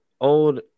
old